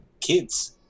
kids